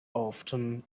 often